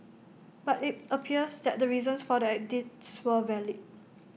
but IT appears that the reasons for the edits were valid